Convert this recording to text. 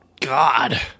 God